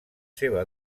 seva